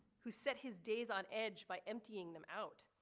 who said his days on edge by emptying them out,